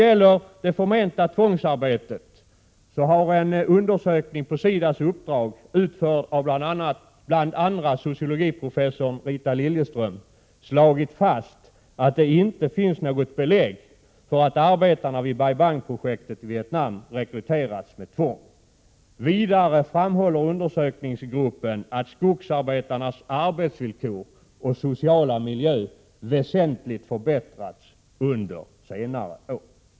Beträffande det förmenta tvångsarbetet har en undersökning på SIDA:s uppdrag, utförd av bl.a. sociologiprofessorn Rita Liljeström, slagit fast att det inte finns något belägg för att arbetarna vid Bai Bang-projektet i Vietnam rekryterats med tvång. Vidare framhåller undersökningsgruppen att skogsarbetarnas arbetsvillkor och sociala miljö väsentligt förbättrats under senare år.